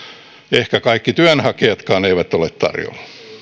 ehkä kaikki työnhakijatkaan eivät ole tarjolla